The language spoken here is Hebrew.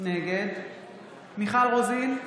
נגד מיכל רוזין,